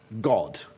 God